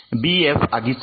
बी F आधीच आहे